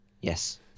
yes